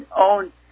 own